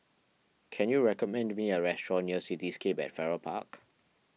can you recommend me a restaurant near Cityscape at Farrer Park